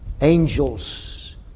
angels